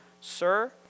Sir